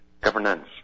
governance